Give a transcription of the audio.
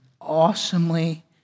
awesomely